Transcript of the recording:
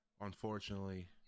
Unfortunately